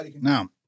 Now